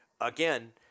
again